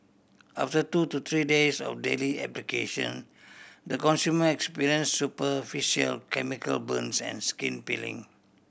after two to three days of daily application the consumer experience superficial chemical burns and skin peeling